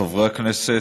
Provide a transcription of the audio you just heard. חברי הכנסת,